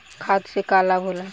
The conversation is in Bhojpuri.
खाद्य से का लाभ होला?